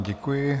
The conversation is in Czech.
Děkuji.